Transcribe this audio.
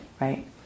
Right